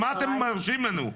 מה אתם מרשים לנו?